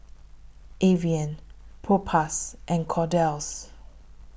Avene Propass and Kordel's